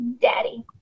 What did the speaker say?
Daddy